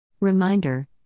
Reminder